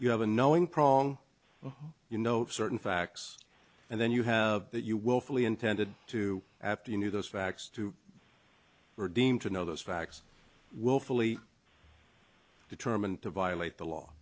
you have a knowing prong you know certain facts and then you have you willfully intended to after you knew those facts to redeem to know those facts willfully determined to violate the law